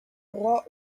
roi